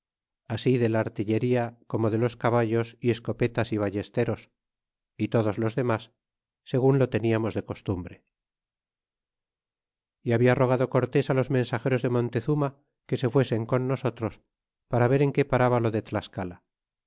así de la artillería como de los caballos y escopetas y ballesteros y todos los demas segun lo teniamos de costumbre y habla rogado cortés á los mensageros de montezuma que se fuesen con nosotros para ver en qué paraba lo de tlascala